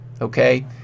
okay